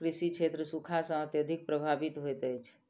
कृषि क्षेत्र सूखा सॅ अत्यधिक प्रभावित होइत अछि